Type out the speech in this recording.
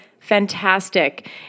Fantastic